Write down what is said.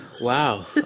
Wow